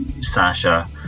Sasha